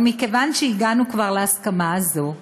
אבל מכיוון שהגענו להסכמה הזאת,